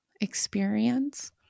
experience